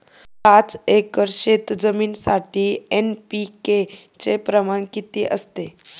पाच एकर शेतजमिनीसाठी एन.पी.के चे प्रमाण किती असते?